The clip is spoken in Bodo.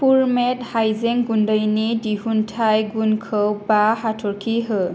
पुरमेट हायजें गुन्दैनि दिहुनथाइ गुनखौ बा हाथरखि हो